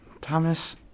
Thomas